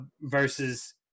versus